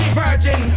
virgin